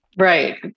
Right